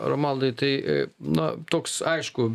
romualdai tai na toks aišku